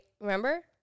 Remember